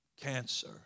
cancer